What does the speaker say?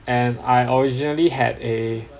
and I originally had a